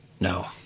No